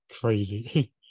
crazy